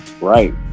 Right